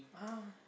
(uh huh)